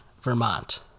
Vermont